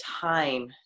time